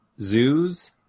zoos